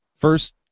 First